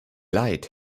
leid